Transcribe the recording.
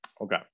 Okay